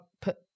put